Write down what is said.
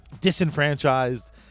disenfranchised